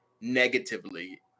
negatively